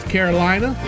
Carolina